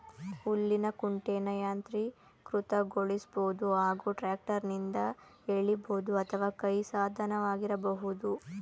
ಹುಲ್ಲಿನ ಕುಂಟೆನ ಯಾಂತ್ರೀಕೃತಗೊಳಿಸ್ಬೋದು ಹಾಗೂ ಟ್ರ್ಯಾಕ್ಟರ್ನಿಂದ ಎಳಿಬೋದು ಅಥವಾ ಕೈ ಸಾಧನವಾಗಿರಬಹುದು